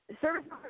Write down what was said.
service